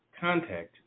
contact